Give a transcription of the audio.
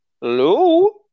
Hello